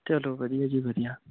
ਚਲੋ ਵਧੀਆ ਜੀ ਵਧੀਆ